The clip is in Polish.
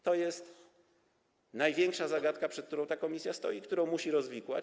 To jest największa zagadka, przed którą ta komisja stoi, którą musi rozwikłać.